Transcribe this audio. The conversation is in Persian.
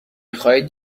خواهید